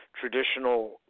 traditional